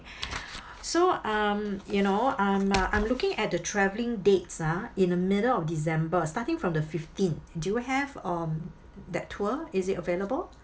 so um you know um uh I'm looking at the travelling dates ah in the middle of december starting from the fifteen do have um that tour is it available